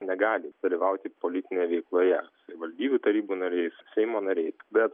negali dalyvauti politinėje veikloje savivaldybių tarybų nariais seimo nariais bet